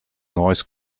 noise